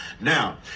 Now